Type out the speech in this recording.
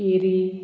Giri